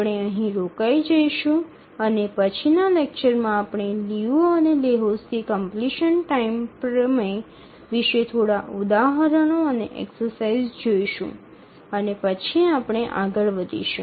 આપણે અહીં રોકાઈ જઈશું અને પછીનાં લેક્ચરમાં આપણે લિયુ અને લેહોક્સ્કી કમપ્લીશન ટાઇમ પ્રમેય વિશે થોડા ઉદાહરણો અને એક્સસાઈઝ જોઈશું અને પછી આપણે આગળ વધીશું